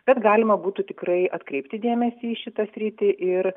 bet galima būtų tikrai atkreipti dėmesį į šitą sritį ir